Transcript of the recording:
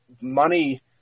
money